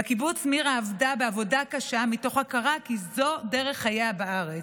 בקיבוץ מירה עבדה בעבודה קשה מתוך הכרה כי זו דרך חייה בארץ.